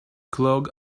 clog